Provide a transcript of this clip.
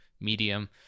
medium